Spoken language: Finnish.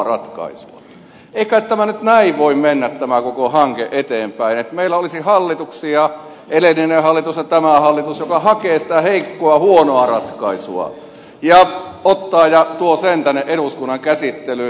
ei kai tämä koko hanke nyt näin voi mennä eteenpäin että meillä olisi hallituksia edellinen hallitus ja tämä hallitus jotka hakevat sitä heikkoa huonoa ratkaisua ja ottavat ja tuovat sen tänne eduskunnan käsittelyyn